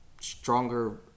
stronger